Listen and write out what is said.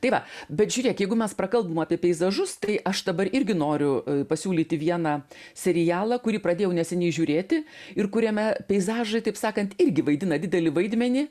tai va bet žiūrėk jeigu mes prakalbom apie peizažus tai aš dabar irgi noriu pasiūlyti vieną serialą kurį pradėjau neseniai žiūrėti ir kuriame peizažai taip sakant irgi vaidina didelį vaidmenį